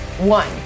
One